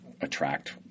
attract